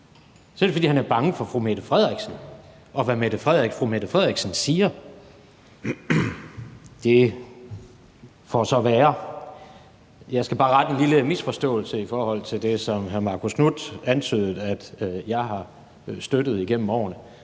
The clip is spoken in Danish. det, fordi han er bange for statsministeren, og hvad statsministeren siger. Det får så være. Jeg skal bare rette en lille misforståelse i forhold til det, som hr. Marcus Knuth antydede, nemlig at jeg igennem årene